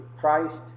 Christ